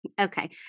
Okay